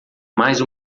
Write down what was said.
mais